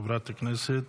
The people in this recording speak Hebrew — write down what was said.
כנסת